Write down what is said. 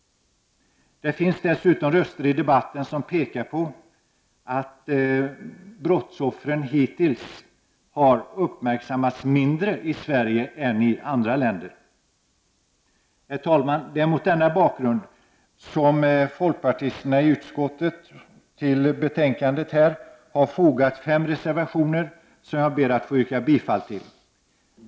Det finns dessutom röster i debatten som pekar på att brottsoffren hittills har uppmärksammats mindre i Sverige än i andra länder. Herr talman! Det är mot denna bakgrund som folkpartisterna i utskottet till betänkandet har fogat fem reservationer, som jag ber att få yrka bifall till.